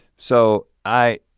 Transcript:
so i,